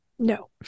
No